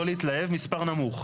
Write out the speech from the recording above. להתלהב, מספר נמוך.